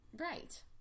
Right